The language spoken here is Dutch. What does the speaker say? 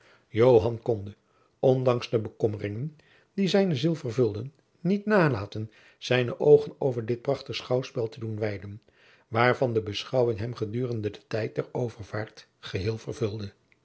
konde ondanks de bekommeringen die zijne ziel vervulden niet nalaten zijne oogen over dit prachtig schouwspel te doen weiden waarvan de beschouwing hem gedurende den tijd der overvaart geheel vervulde